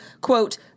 quote